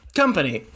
company